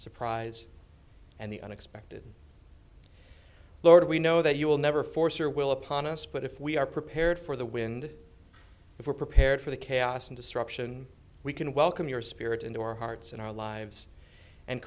surprise and the unexpected lord we know that you will never force your will upon us but if we are prepared for the wind if we're prepared for the chaos and destruction we can welcome your spirit into our hearts and our lives and